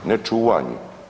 Ne čuvanje.